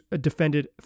defended